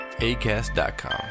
ACAST.com